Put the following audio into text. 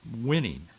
winning